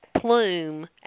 plume